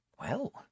Well